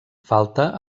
falta